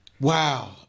Wow